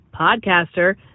podcaster